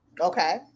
Okay